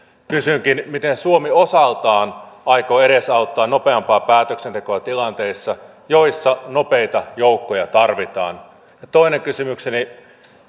kysynkin miten suomi osaltaan aikoo edesauttaa nopeampaa päätöksentekoa tilanteissa joissa nopeita joukkoja tarvitaan toinen kysymykseni